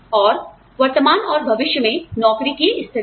और वर्तमान और भविष्य में नौकरी की स्थिरता